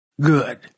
Good